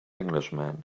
englishman